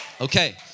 Okay